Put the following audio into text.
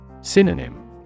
Synonym